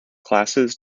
classes